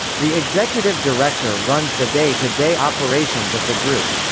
the executive director runs the day-to-day operations of the group.